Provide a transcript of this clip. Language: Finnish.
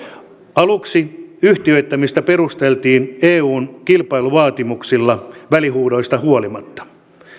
aluksi yhtiöittämistä perusteltiin eun kilpailuvaatimuksilla välihuudoista huolimatta